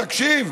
תקשיב,